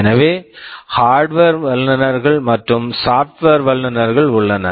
எனவே hardware hardware வல்லுநர்கள் மற்றும் சாப்ட்வேர் software வல்லுநர்கள் உள்ளனர்